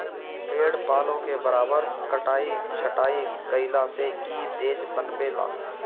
पेड़ पालो के बराबर कटाई छटाई कईला से इ तेज पनपे ला